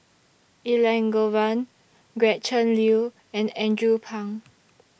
Elangovan Gretchen Liu and Andrew Phang